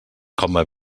coma